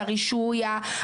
הרישוי,